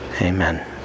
Amen